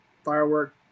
firework